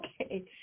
Okay